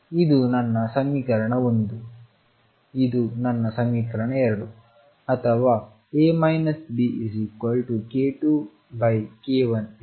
ಇದು ನನ್ನ ಸಮೀಕರಣ 1 ಇದು ನನ್ನ ಸಮೀಕರಣ 2 ಅಥವಾ A Bk2k1C